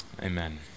Amen